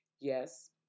Yes